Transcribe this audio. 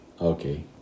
Okay